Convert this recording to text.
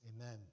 amen